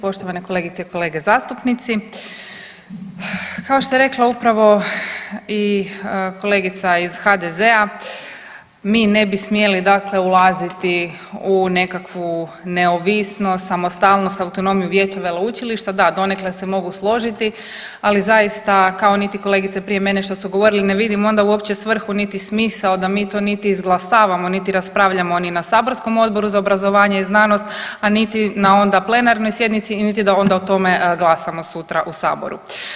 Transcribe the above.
Poštovane kolegice i kolege zastupnici, kao što je rekla upravo i kolegica iz HDZ-a mi ne bi smjeli dakle ulaziti u nekakvu neovisnost, samostalnost, autonomiju vijeća veleučilišta, da donekle se mogu složiti, ali zaista kao niti kolegice prije mene što su govorile ne vidim onda uopće svrhu niti smisao da mi to niti izglasavamo, niti raspravljamo ni na saborskom Odboru za obrazovanje i znanost, a niti na onda plenarnoj sjednici i niti da onda o tome glasamo sutra u saboru.